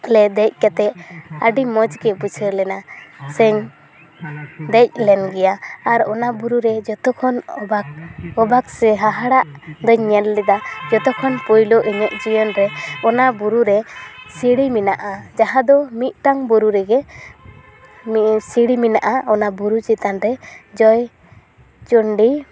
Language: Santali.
ᱞᱮ ᱫᱮᱡᱽ ᱠᱟᱛᱮ ᱟᱹᱰᱤ ᱢᱚᱡ ᱜᱮ ᱵᱩᱡᱷᱟᱹᱣ ᱞᱮᱱᱟ ᱥᱮᱧ ᱫᱮᱡ ᱞᱮᱱ ᱜᱮᱭᱟ ᱟᱨ ᱚᱱᱟ ᱵᱩᱨᱩ ᱨᱮ ᱡᱚᱛᱚ ᱠᱷᱚᱱ ᱚᱵᱟᱠ ᱚᱵᱟᱠ ᱥᱮ ᱦᱟᱦᱟᱲᱟᱜ ᱫᱚᱧ ᱧᱮᱞ ᱞᱮᱫᱟ ᱡᱚᱛᱚ ᱠᱷᱚᱱ ᱯᱩᱞᱳ ᱤᱧᱟᱹᱜ ᱡᱤᱭᱚᱱ ᱨᱮ ᱚᱱᱟ ᱵᱩᱨᱩ ᱨᱮ ᱥᱤᱲᱤ ᱢᱮᱱᱟᱜᱼᱟ ᱡᱟᱦᱟᱸ ᱫᱚ ᱢᱤᱫᱴᱟᱝ ᱵᱩᱨᱩ ᱨᱮᱜᱮ ᱥᱤᱲᱤ ᱢᱮᱱᱟᱜᱼᱟ ᱚᱱᱟ ᱵᱩᱨᱩ ᱪᱮᱛᱟᱱ ᱨᱮ ᱡᱚᱭᱪᱚᱱᱰᱤ